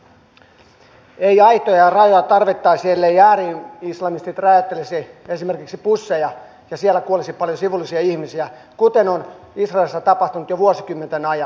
ei aitoja ja rajoja tarvittaisi elleivät ääri islamistit räjäyttelisi esimerkiksi busseja ja siellä kuolisi paljon sivullisia ihmisiä kuten on israelissa tapahtunut jo vuosikymmenten ajan